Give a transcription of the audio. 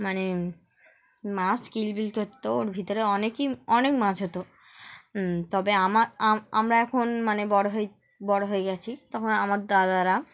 মানে মাছ কিলবিল করতো ওর ভিতরে অনেকই অনেক মাছ হতো তবে আমার আমরা এখন মানে বড়ো হয়ে বড়ো হয়ে গিয়েছি তখন আমার দাদারা